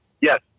Yes